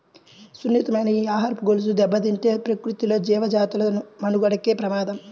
సున్నితమైన ఈ ఆహారపు గొలుసు దెబ్బతింటే ప్రకృతిలో జీవజాతుల మనుగడకే ప్రమాదం